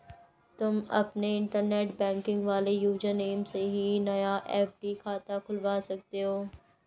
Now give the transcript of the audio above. तुम अपने internet banking वाले यूज़र नेम से ही नया एफ.डी खाता खुलवा सकते हो